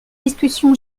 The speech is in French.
discussion